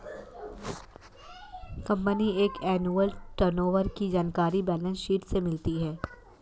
company का annual turnover की जानकारी बैलेंस शीट से मिलती है